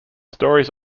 stories